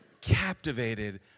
captivated